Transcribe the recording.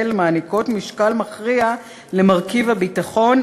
מעניקות משקל מכריע למרכיב הביטחון,